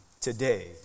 today